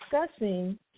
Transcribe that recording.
discussing